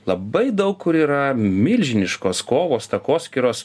labai daug kur yra milžiniškos kovos takoskyros